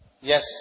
Yes